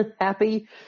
happy